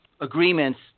agreements